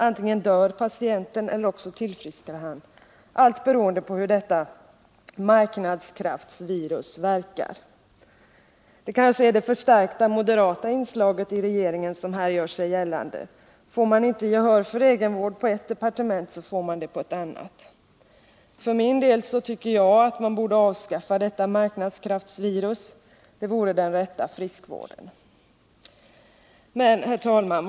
Antingen dör patienten eller också tillfrisknar han, allt beroende på hur detta marknadskraftsvirus verkar. Det kanske är det förstärkta moderata inslaget i regeringen som här gör sig gällande — får man inte gehör för egenvård på ett departement, så får man det på ett annat. För min del tycker jag att man borde avskaffa detta marknadskraftsvirus. Det vore den rätta friskvården. Herr talman!